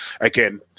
again